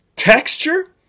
Texture